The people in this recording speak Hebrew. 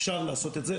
אפשר לעשות את זה.